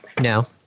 No